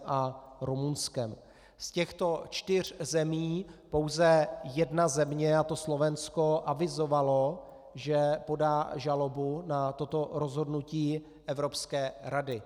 Z těchto čtyř zemí pouze jedna země, a to Slovensko, avizovala, že podá žalobu na toto rozhodnutí Evropské rady.